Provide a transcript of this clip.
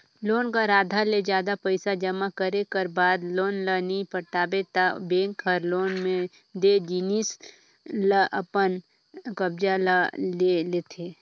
loan कर आधा ले जादा पइसा जमा करे कर बाद लोन ल नी पटाबे ता बेंक हर लोन में लेय जिनिस ल अपन कब्जा म ले लेथे